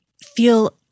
feel